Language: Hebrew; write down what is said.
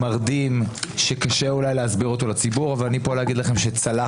מרדים שקשה אולי להסביר אותו לציבור אבל אני פה כדי להגיד לכם שצלחנו